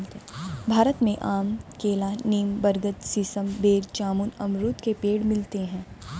भारत में आम केला नीम बरगद सीसम बेर जामुन अमरुद के पेड़ मिलते है